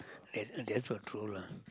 that's that's what true lah